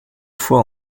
fois